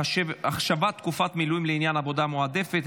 החשבת תקופת מילואים לעניין עבודה מועדפת),